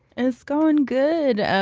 it's going good.